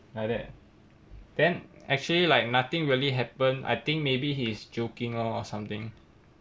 like that then actually like nothing really happened I think maybe he is joking lor or something